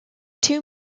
two